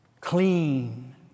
clean